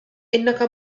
إنك